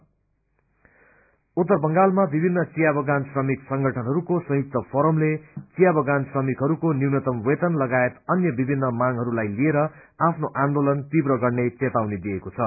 joint forum उत्तर बंगालमा विभिन्न चिया बगान श्रमिक संगठनहरूको संयुक्त फोरमले चिया बगान श्रमिकहरूको न्यूनतम् वेतन लगायत अन्य विभिन्न मांगहरूलाई लिएर हिज देखी आफ्नो आन्दोलन तिब्र गर्ने चेतावनी दिएको छ